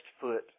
foot